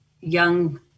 young